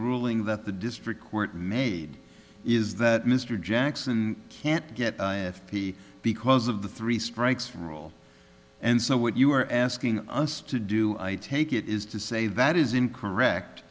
ruling that the district court made is that mr jackson can't get the because of the three strikes rule and so what you're asking us to do i take it is to say that is incorrect